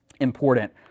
important